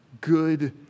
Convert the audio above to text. good